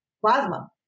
plasma